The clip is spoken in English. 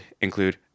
include